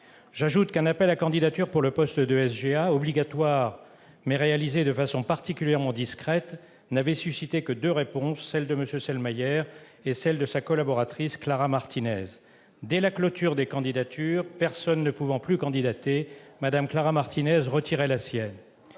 J'ajoute qu'un appel à candidatures pour le poste de secrétaire général adjoint, obligatoire, mais réalisé de façon particulièrement discrète, n'avait suscité que deux réponses, celle de M. Selmayr et celle de sa collaboratrice, Clara Martinez. Dès la clôture des candidatures, personne ne pouvant plus candidater, Mme Clara Martinez retirait la sienne.